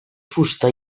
fusta